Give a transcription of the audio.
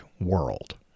world